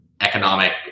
economic